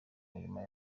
mirima